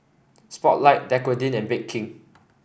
Spotlight Dequadin and Bake King